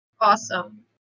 awesome